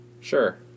sure